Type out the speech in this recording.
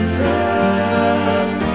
death